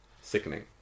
Sickening